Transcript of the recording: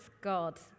God